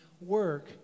work